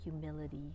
humility